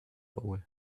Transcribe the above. bowl